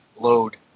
load